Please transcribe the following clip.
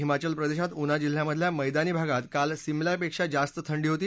हिमाचल प्रदेशात उना जिल्ह्यातल्या मैदानी भागात काल सिमल्यापेक्षा जास्त थंडी होती